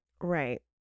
Right